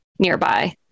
nearby